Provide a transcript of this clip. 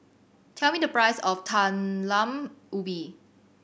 tell me the price of Talam Ubi